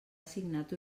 assignat